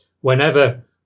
whenever